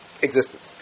existence